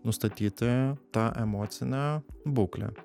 nustatyti tą emocinę būklę